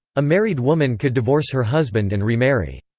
a married woman could divorce her husband and remarry.